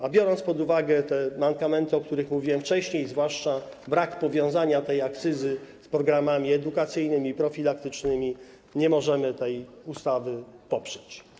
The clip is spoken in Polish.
A biorąc pod uwagę te mankamenty, o których mówiłem wcześniej, zwłaszcza brak powiązania tej akcyzy z programami edukacyjnymi i profilaktycznymi, nie możemy tej ustawy poprzeć.